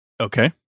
Okay